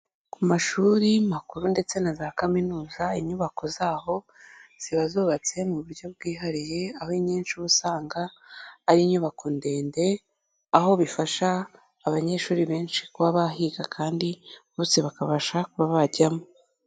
Ku mashuri makuru ndetse na za Kaminuza, inyubako zaho ziba zubatse mu buryo bwihariye, aho inyinshi uba usanga ari inyubako ndende, aho bifasha abanyeshuri benshi kuba bahiga kandi bose bakabasha kuba bajyamo.